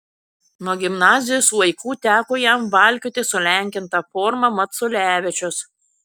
nuo gimnazijos laikų teko jam valkioti sulenkintą formą maculevičius